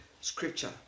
scripture